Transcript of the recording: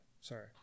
Sorry